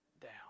down